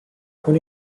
con